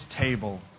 table